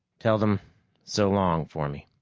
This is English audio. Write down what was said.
tell them so long for me.